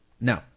no